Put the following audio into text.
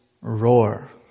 roar